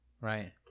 Right